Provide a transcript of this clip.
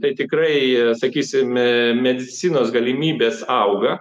tai tikrai sakysim medicinos galimybės auga